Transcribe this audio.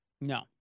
No